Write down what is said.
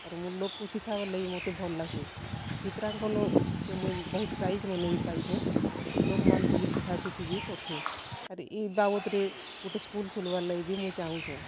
ଆରୁ ମୁଇଁ ଲୋକ୍ କୁ ଶିଖବାର୍ ଲାଗି ମତେ ଭଲ୍ ଲାଗସି ଚିତ୍ରାଙ୍କନ୍ କେ ମୁଇଁ ବହୁତ୍ ପ୍ରାଇଜ୍ମାନେ ବି ପାଇଁଚେ ଲୋକ୍ ମାନଙ୍କୁ ବି ଶିଖା ଶିଖି ବି କରସି ଆର୍ ଇ ବାବଦ୍ ରେ ଗୁଟେ ସ୍କୁଲ୍ ଖୁଲବାର୍ ଲାଗି ବି ମୁଇଁ ଚାଁହୁଛେ